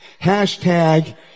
Hashtag